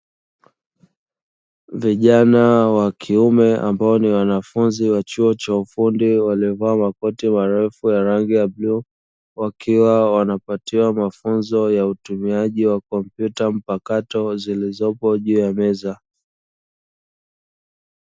Vijana wa kiume, ambao ni wanafunzi wa chuo cha ufundi waliovaa makoti marefu ya rangi ya bluu, wakiwa wanapatiwa mafunzo ya utumiaji wa kompyuta mpakato zilizopo juu ya meza.